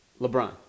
LeBron